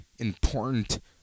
Important